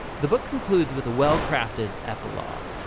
the book concludes with a well-crafted epilogue.